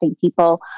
people